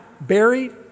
buried